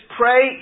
pray